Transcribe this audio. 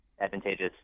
advantageous